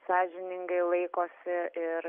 sąžiningai laikosi ir